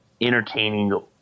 entertaining